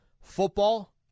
Football